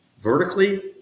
vertically